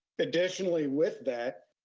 additionally with that,